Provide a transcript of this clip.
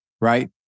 right